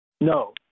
no